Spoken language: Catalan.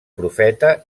profeta